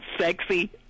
sexy